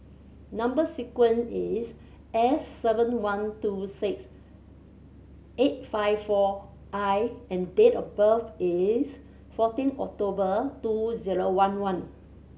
number sequence is S seven one two six eight five four I and date of birth is fourteen October two zero one one